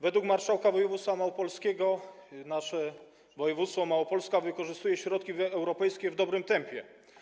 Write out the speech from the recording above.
Według marszałka województwa małopolskiego nasze województwo, Małopolska, wykorzystuje środki europejskie w dobrym tempie.